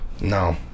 No